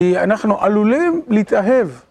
כי אנחנו עלולים להתאהב.